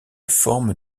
forme